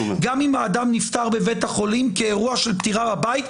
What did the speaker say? גם אם האדם נפטר בבית החולים כאירוע של פטירה בבית,